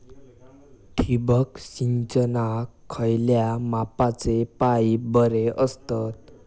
ठिबक सिंचनाक खयल्या मापाचे पाईप बरे असतत?